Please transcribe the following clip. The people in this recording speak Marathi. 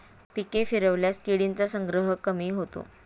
पिके फिरवल्यास किडींचा संग्रह कमी होतो